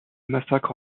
massacre